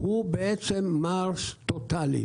הוא בעצם מס טוטאלי.